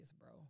bro